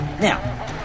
Now